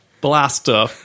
Blaster